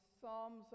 Psalms